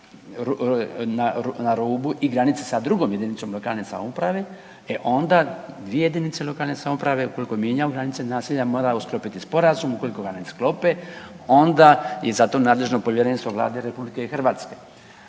na rubu i granice sa drugom jedinicom lokalne samouprave, e onda dvije jedinice lokalne samouprave ukoliko mijenjaju granice naselja, moraju sklopiti sporazum, ukoliko ga ne sklope onda je za to nadležno Povjerenstvo Vlade RH.